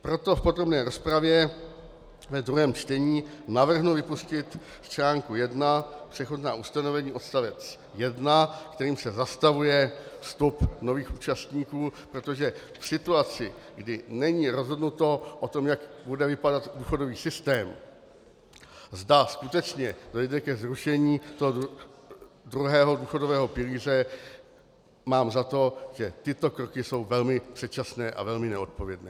Proto v podrobné rozpravě ve druhém čtení navrhnu vypustit z článku I Přechodná ustanovení odstavec 1, kterým se zastavuje vstup nových účastníků, protože v situaci, kdy není rozhodnuto o tom, jak bude vypadat důchodový systém, zda skutečně dojde ke zrušení druhého důchodového pilíře, mám za to, že tyto kroky jsou velmi předčasné a velmi neodpovědné.